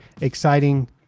exciting